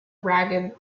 ragged